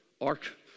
Ark